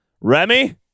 Remy